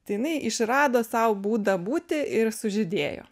tai jinai išrado sau būdą būti ir sužydėjo